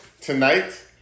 tonight